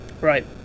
Right